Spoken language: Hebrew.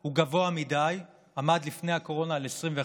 הוא גבוה מדי ועמד לפני הקורונה על 21%,